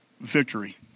victory